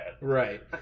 Right